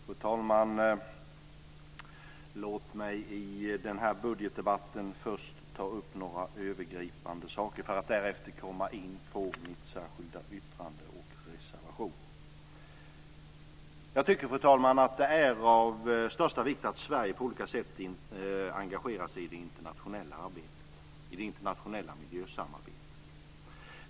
Fru talman! Låt mig i den här budgetdebatten först ta upp några övergripande saker för att därefter komma in på mitt särskilda yttrande och min reservation. Fru talman! Det är av största vikt att Sverige på olika sätt engagerar sig i det internationella miljösamarbetet.